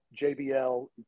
JBL